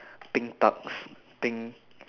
pink tux pink